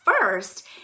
first